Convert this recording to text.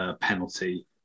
penalty